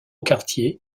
quartier